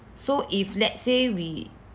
so if let's say we